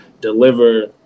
deliver